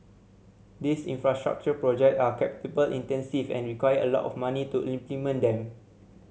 these infrastructure project are intensive and require a lot of money to implement them